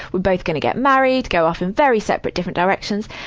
we're both gonna get married, go off in very separate, different directions.